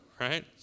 right